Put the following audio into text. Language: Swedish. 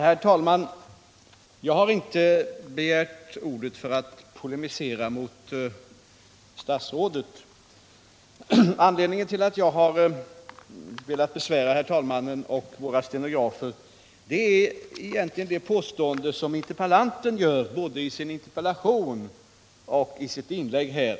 Herr talman! Jag har inte begärt ordet för att polemisera mot statsrådet. Anledningen till att jag har velat besvära herr talmannen och våra stenografer är egentligen det påstående som interpellanten gör både i sin interpellation och i sitt inlägg här.